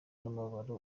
n’umubabaro